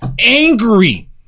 angry